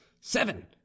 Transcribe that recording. seven